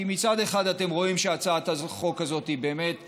כי מצד אחד אתם רואים שהצעת החוק הזאת היא באמת נכונה,